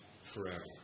forever